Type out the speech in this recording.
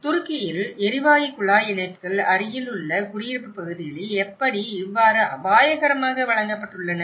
துருக்கியில் எரிவாயு குழாய் இணைப்புகள் அருகிலுள்ள குடியிருப்பு பகுதிகளில் எப்படி இவ்வாறு அபாயகரமாக வழங்கப்பட்டுள்ளன